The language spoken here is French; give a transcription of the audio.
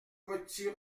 petit